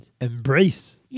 embrace